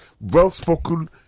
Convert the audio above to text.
well-spoken